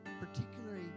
particularly